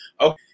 Okay